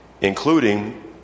including